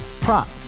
Prop